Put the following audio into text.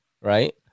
right